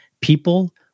people